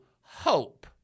hope